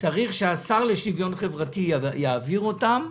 צריך שהשר לשוויון חברתי יעביר אותן.